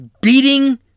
beating